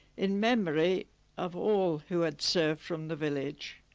in memory of all who had served from the village